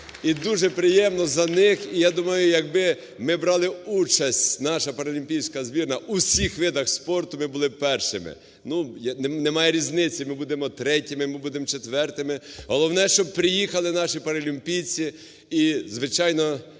І дуже приємно за них. Я думаю, якби ми брали участь, нашапаралімпійська збірна, у всіх видах спорту, ми були б першими. Ну немає різниці, ми будемо третіми, ми будемо четвертими, головне – щоб приїхали наші паралімпійці і, звичайно,